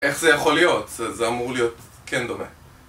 איך זה יכול להיות? זה אמור להיות כן דומה